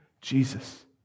Jesus